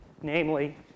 namely